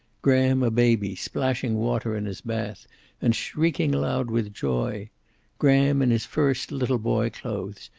graham a baby, splashing water in his bath and shrieking aloud with joy graham in his first little-boy clothes,